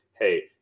Hey